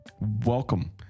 Welcome